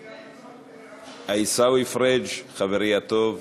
הבנות, עיסאווי פריג', חברי הטוב,